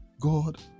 God